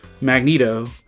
Magneto